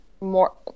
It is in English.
more